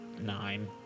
Nine